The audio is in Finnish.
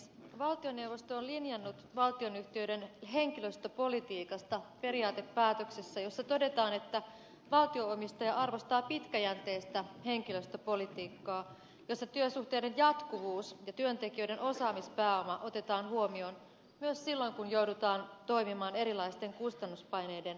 valtioneuvosto on linjannut valtionyhtiöiden henkilöstöpolitiikasta periaatepäätöksessä jossa todetaan että valtio omistaja arvostaa pitkäjänteistä henkilöstöpolitiikkaa jossa työsuhteiden jatkuvuus ja työntekijöiden osaamispääoma otetaan huomioon myös silloin kun joudutaan toimimaan erilaisten kustannuspaineiden alaisena